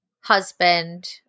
husband